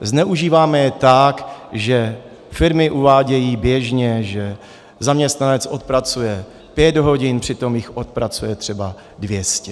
Zneužíváme je tak, že firmy uvádějí běžně, že zaměstnanec odpracuje pět hodin, přitom jich odpracuje třeba 200.